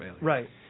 Right